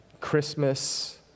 Christmas